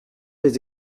les